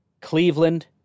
Cleveland